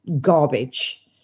garbage